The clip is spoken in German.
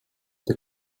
der